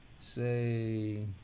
say